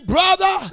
Brother